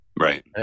Right